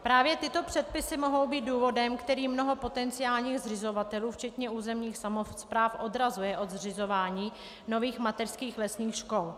Právě tyto předpisy mohou být důvodem, který mnoho potenciálních zřizovatelů, včetně územních samospráv, odrazuje od zřizování nových mateřských lesních škol.